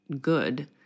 good